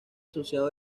asociado